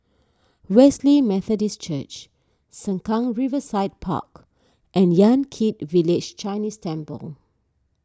Wesley Methodist Church Sengkang Riverside Park and Yan Kit Village Chinese Temple